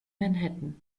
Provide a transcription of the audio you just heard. manhattan